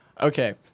Okay